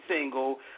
single